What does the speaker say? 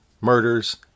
murders